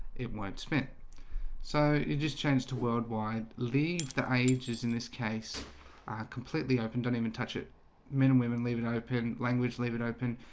it won't spin so it just changed to worldwide leave the i ages in this case completely open don't even touch it men and women leave it open language. leave it open.